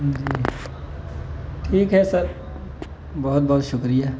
جی ٹھیک ہے سر بہت بہت شکریہ